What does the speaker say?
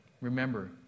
Remember